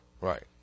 Right